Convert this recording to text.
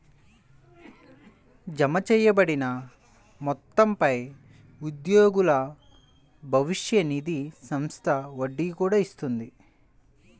జమచేయబడిన మొత్తంపై ఉద్యోగుల భవిష్య నిధి సంస్థ వడ్డీ కూడా ఇస్తుంది